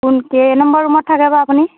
কোন কেই নম্বৰ ৰুমত থাকে বা আপুনি